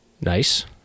Nice